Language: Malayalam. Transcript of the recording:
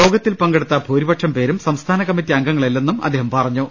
യോഗത്തിൽ പങ്കെടുത്ത ഭൂരിപക്ഷം പേരും സംസ്ഥാന കമ്മിറ്റി അംഗങ്ങളെല്ലന്നും അദ്ദേഹം പറഞ്ഞു